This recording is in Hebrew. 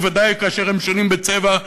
וודאי כאשר הם שונים בצבע?